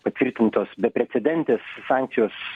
patvirtintos beprecedentės sankcijos